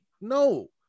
no